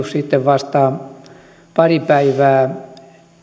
sitten pari päivää